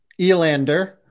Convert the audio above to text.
Elander